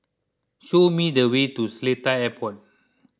show me the way to Seletar Airport